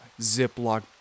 Ziploc